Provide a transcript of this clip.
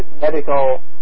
Medical